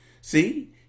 see